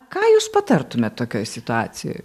ką jūs patartumėt tokioj situacijoj